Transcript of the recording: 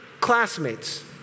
classmates